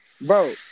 bro